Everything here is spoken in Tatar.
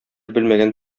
белмәгән